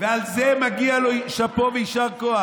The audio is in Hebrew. על זה מגיע לו שאפו ויישר כוח.